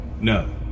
No